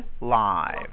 live